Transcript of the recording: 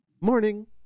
morning